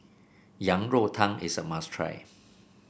Yang Rou Tang is a must try